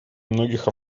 многих